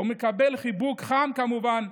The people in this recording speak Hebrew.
ומקבל "חיבוק חם", כמובן,